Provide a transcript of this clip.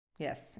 Yes